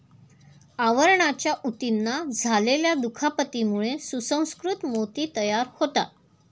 आवरणाच्या ऊतींना झालेल्या दुखापतीमुळे सुसंस्कृत मोती तयार होतात